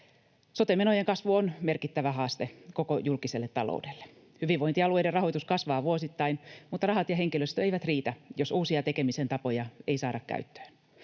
Sote-menojen kasvu on merkittävä haaste koko julkiselle taloudelle. Hyvinvointialueiden rahoitus kasvaa vuosittain, mutta rahat ja henkilöstö eivät riitä, jos uusia tekemisen tapoja ei saada käyttöön.